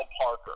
Parker